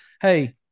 hey